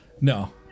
No